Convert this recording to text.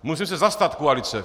Musím se zastat koalice.